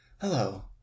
Hello